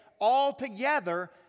altogether